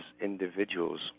individuals